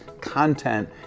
content